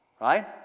Right